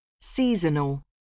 Seasonal